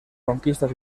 conquistas